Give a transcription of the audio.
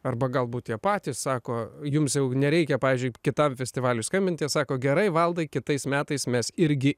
arba galbūt jie patys sako jums nereikia pavyzdžiui kitam festivaliui skambint jie sako gerai valdai kitais metais mes irgi